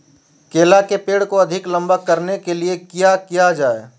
केला के पेड़ को अधिक लंबा करने के लिए किया किया जाए?